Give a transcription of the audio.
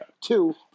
Two